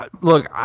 look